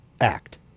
act